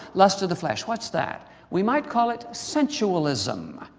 lust of the flesh, what's that? we might call it sensualism.